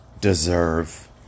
deserve